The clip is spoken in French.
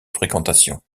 fréquentation